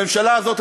הממשלה הזאת,